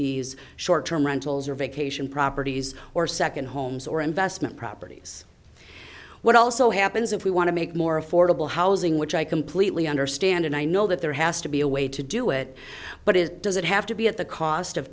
these short term rentals or vacation properties or second homes or investment properties what also happens if we want to make more affordable housing which i completely understand and i know that there has to be a way to do it but it doesn't have to be at the cost of